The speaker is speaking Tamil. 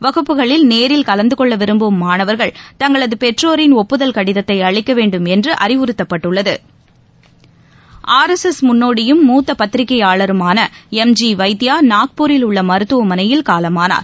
வகுப்புகளில் நேரில் கலந்து கொள்ள விரும்பும் மாணவர்கள் தங்களது பெற்றோரின் ஒப்புதல் கடிதத்தை அளிக்க வேண்டும் என்று அறிவுறுத்தப்பட்டுள்ளது ஆர் எஸ் எஸ் முன்னோடியும் மூத்த பத்திரிகையாளருமான எம் ஜி வைத்யா நூக்புரில் உள்ள மருத்துவமனையில் காலமானார்